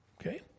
okay